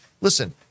listen